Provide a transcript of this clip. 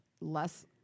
less